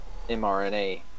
mRNA